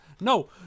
No